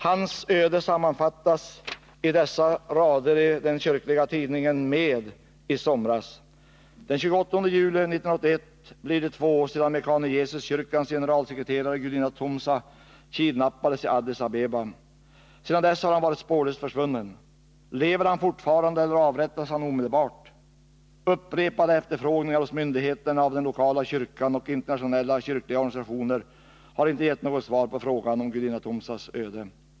Hans öde sammanfattas i dessa rader i den kyrkliga tidningen Med i somras: ”Den 28 juli 1981 blir det två år sedan Mekane Yesus-kyrkans generalsekreterare Gudina Tumsa kidnappades i Addis Abeba, Etiopiens huvudstad. Sedan dess har han varit spårlöst försvunnen. Lever han fortfarande eller avrättades han omedelbart? Upprepade efterfrågningar hos myndigheterna av den lokala kyrkan och internationella kyrkliga organisationer har inte gett något svar på frågan om Gudina Tumsas öde.